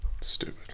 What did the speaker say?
Stupid